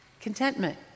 Contentment